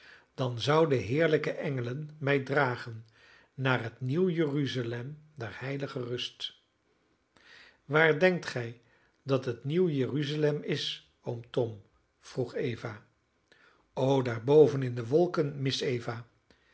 dan zouden heerlijke engelen mij dragen naar t nieuw jeruzalem der heilige rust waar denkt gij dat het nieuw jeruzalem is oom tom vroeg eva o daarboven in de wolken miss eva